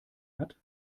hat